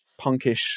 punkish